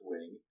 Wing